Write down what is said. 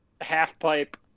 half-pipe